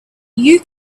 you